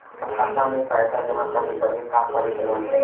खाता मे पैसा जमा करे बदे का करे के होई?